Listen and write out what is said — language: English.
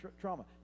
trauma